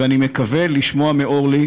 ואני מקווה לשמוע מאורלי,